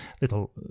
little